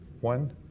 One